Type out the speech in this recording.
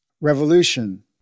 Revolution